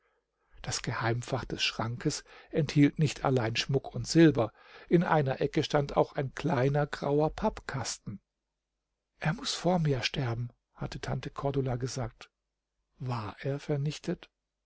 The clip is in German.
das geheimfach des schrankes enthielt nicht allein schmuck und silber in einer ecke stand auch ein kleiner grauer pappkasten er muß vor mir sterben hatte tante cordula gesagt war er vernichtet